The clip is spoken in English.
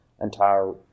entire